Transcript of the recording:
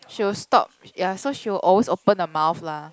she will stop ya so she will always open the mouth lah